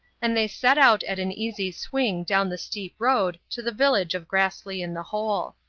and they set out at an easy swing down the steep road to the village of grassley-in-the-hole.